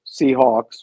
Seahawks